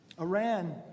Iran